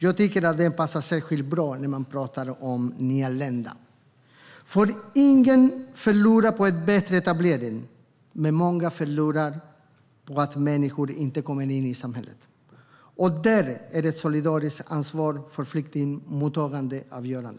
Jag tycker att den passar särskilt bra när man talar om nyanlända. Ingen förlorar på en bättre etablering, men många förlorar på att människor inte kommer in i samhället. Där är ett solidariskt ansvar för flyktingmottagandet avgörande.